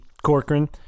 Corcoran